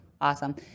Awesome